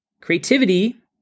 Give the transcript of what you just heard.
Creativity